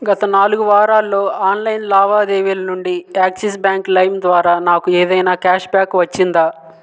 గత నాలుగు వారాల్లో ఆన్లైన్ లావాదేవీల నుండి యాక్సిస్ బ్యాంక్ లైమ్ ద్వారా నాకు ఏదైనా క్యాష్ బ్యాక్ వచ్చిందా